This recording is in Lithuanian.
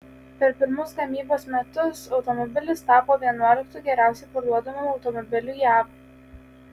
per pirmus gamybos metus automobilis tapo vienuoliktu geriausiai parduodamu automobiliu jav